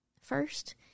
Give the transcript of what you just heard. first